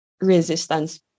resistance